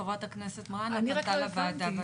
חברת הכנסת מראענה פנתה לוועדה בעניין.